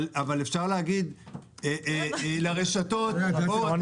אבל אפשר להגיד לרשתות -- לא הבנתי.